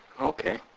Okay